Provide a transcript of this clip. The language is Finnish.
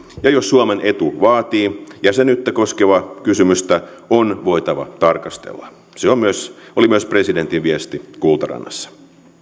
ja jos suomen etu vaatii jäsenyyttä koskevaa kysymystä on voitava tarkastella se oli myös presidentin viesti kultarannassa